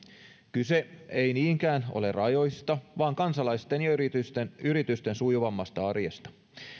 kyse ei niinkään ole rajoista vaan kansalaisten ja yritysten yritysten sujuvammasta arjesta